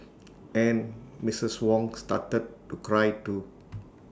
and Mrs Wong started to cry too